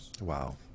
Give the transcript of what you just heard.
wow